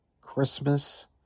Christmas